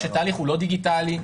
כשתהליך הוא לא דיגיטלי,